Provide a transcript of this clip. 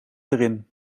erin